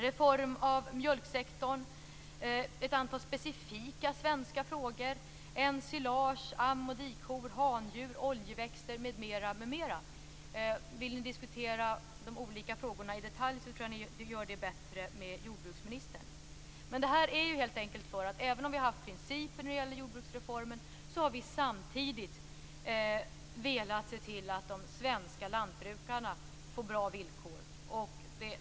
Reform av mjölksektorn och ett antal specifika svenska frågor: ensilage, dikor, handjur, oljeväxter, m.m. Vill ni diskutera de olika frågorna i detalj tror jag att ni gör det bättre med jordbruksministern. Även om vi har haft principer när det gäller jordbruksreformen har vi samtidigt velat se till att de svenska lantbrukarna får bra villkor.